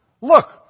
Look